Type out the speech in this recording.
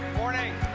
morning.